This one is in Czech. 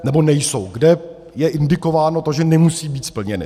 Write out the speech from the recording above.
Nebo nejsou kde je indikováno to, že nemusí být splněny.